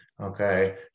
okay